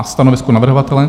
Stanovisko navrhovatele?